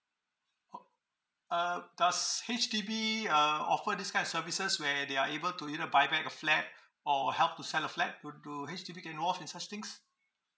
oh um does H_D_B uh offer this kind of services where they are able to you know buy back a flat or help to sell a flat would do H_D_B get involve in such things